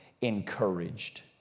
encouraged